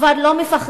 כבר לא מפחדים,